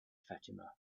fatima